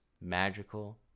magical